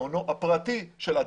מעונו הפרטי של אדם.